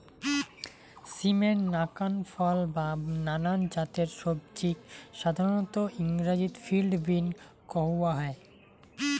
সিমের নাকান ফল বা নানান জাতের সবজিক সাধারণত ইংরাজিত ফিল্ড বীন কওয়া হয়